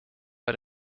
bei